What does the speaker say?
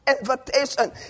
invitation